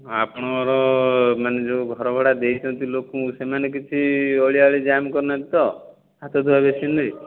ଆପଣଙ୍କର ମାନେ ଯେଉଁ ଘର ଭଡ଼ା ଦେଇଛନ୍ତି ଲୋକଙ୍କୁ ସେମାନେ କିଛି ଅଳିଆ ଅଳି ଜାମ୍ କରି ନାହାନ୍ତି ତ ହାତ ଧୁଆ ମେସିନ୍ରେ